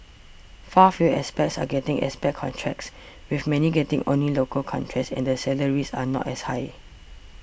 far fewer expats are getting expat contracts with many getting only local contracts and the salaries are not as high